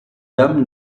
dame